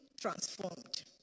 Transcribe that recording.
transformed